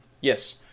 Yes